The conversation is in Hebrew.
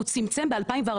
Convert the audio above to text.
הוא צמצם ב- 2014,